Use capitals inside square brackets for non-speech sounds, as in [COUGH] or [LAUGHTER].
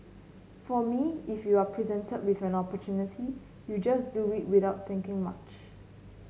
for me if you are presented with an opportunity you just do [UNINTELLIGIBLE] without thinking much